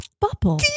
bubble